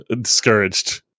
discouraged